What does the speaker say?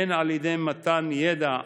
הן על ידי מתן ידע,